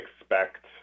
expect